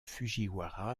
fujiwara